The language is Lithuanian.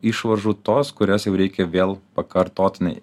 išvaržų tos kurias jau reikia vėl pakartotinai